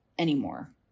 anymore